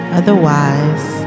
otherwise